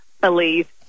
believe